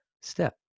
step